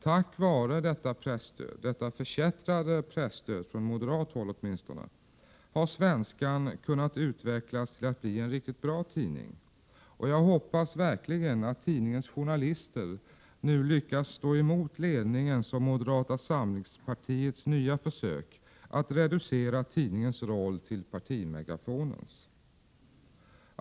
Tack vare detta åtminstone från moderat håll förkättrade presstöd har Svenskan kunnat utvecklas till att bli en riktigt bra tidning, och jag hoppas verkligen att tidningens journalister lyckas stå emot ledningens och moderata samlingspartiets nya försök att reducera tidningens roll till partimegafonens.